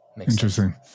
Interesting